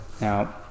Now